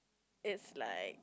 it's like